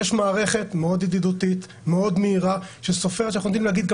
יש מערכת מאוד ידידותית ומאוד מהירה שאנחנו יודעים גם